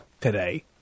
today